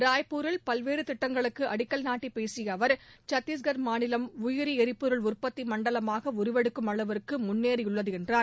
ராய்ப்பூரில் பல்வேறு திட்டங்களுக்கு அடிக்கல் நாட்டி பேசிய அவா் சத்தீஷ்கட் மாநிலம் உயிரி எரிபொருள் உற்பத்தி மண்டலமாக உருவெடுக்கும் அளவிற்கு முன்னேறியுள்ளது என்றார்